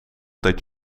dat